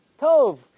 Tov